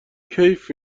کیف